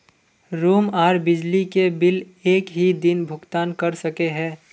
Room आर बिजली के बिल एक हि दिन भुगतान कर सके है?